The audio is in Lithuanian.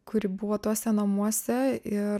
kuri buvo tuose namuose ir